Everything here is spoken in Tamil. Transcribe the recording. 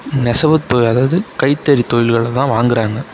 நெசவு தொ அதாவது கைத்தறி தொழில்களில் தான் வாங்குகிறாங்க